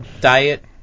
diet